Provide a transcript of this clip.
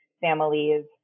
families